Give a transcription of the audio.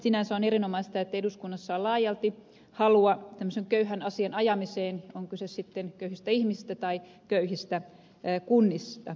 sinänsä on erinomaista että eduskunnassa on laajalti halua köyhän asian ajamiseen on kyse sitten kyse köyhistä ihmisistä tai köyhistä kunnista